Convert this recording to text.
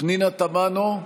פנינה תמנו,